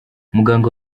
muganga